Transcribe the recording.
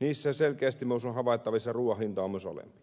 niissä selkeästi myös on havaittavissa että ruuan hinta on myös alempi